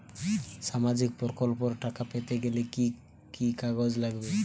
সামাজিক প্রকল্পর টাকা পেতে গেলে কি কি কাগজ লাগবে?